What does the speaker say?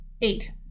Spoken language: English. eight